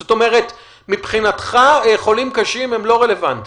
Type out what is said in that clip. זאת אומרת, מבחינתך, חולים קשים הם לא רלוונטיים.